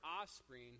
offspring